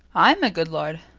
ay, my good lord.